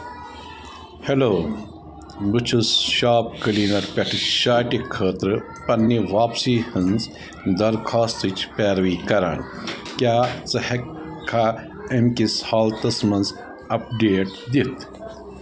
hello بہٕ چھُس shop cleaner پٮ۪ٹھٕ شارٹہِ خٲطرٕ پنٛنہِ واپسی ہنٛز درخواستٕچ پیروی کران کیٛاہ ژٕ ہٮ۪ککھا اَمہ کِس حالتس منٛز اَپڈیٹ دِتھ